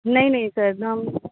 नहि नहि सर हम